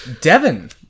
Devin